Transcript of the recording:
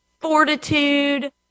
fortitude